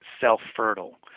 self-fertile